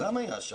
הוא גם היה שם.